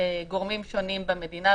גורמים שונים במדינה,